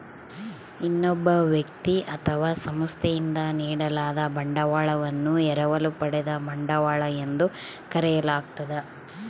ಇನ್ನೊಬ್ಬ ವ್ಯಕ್ತಿ ಅಥವಾ ಸಂಸ್ಥೆಯಿಂದ ನೀಡಲಾದ ಬಂಡವಾಳವನ್ನು ಎರವಲು ಪಡೆದ ಬಂಡವಾಳ ಎಂದು ಕರೆಯಲಾಗ್ತದ